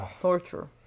Torture